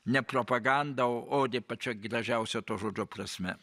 ne propaganda odė pačia gražiausia to žodžio prasme